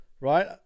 right